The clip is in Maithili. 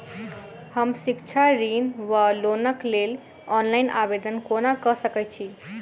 हम शिक्षा ऋण वा लोनक लेल ऑनलाइन आवेदन कोना कऽ सकैत छी?